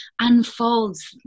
unfolds